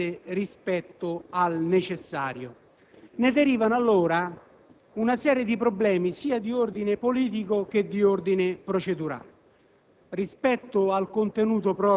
ma meno incidente rispetto al necessario. Da ciò derivano una serie di problemi sia di ordine politico che di ordine procedurale.